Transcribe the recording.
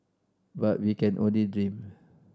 but we can only dream